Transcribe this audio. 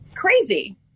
crazy